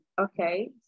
okay